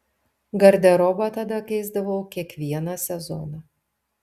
garderobą tada keisdavau kiekvieną sezoną